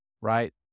right